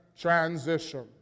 transition